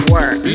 Work